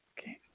Okay